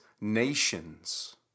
Nations